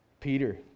Peter